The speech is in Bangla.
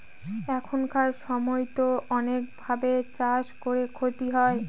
এখানকার সময়তো অনেক ভাবে চাষ করে ক্ষতি হয়